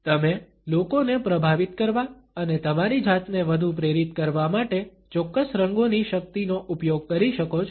તમે લોકોને પ્રભાવિત કરવા અને તમારી જાતને વધુ પ્રેરિત કરવા માટે ચોક્કસ રંગોની શક્તિનો ઉપયોગ કરી શકો છો